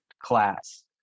class